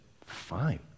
fine